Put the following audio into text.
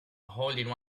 holding